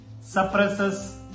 suppresses